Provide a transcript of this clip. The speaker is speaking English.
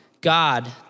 God